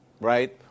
right